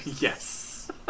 Yes